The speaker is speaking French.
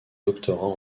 doctorat